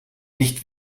nicht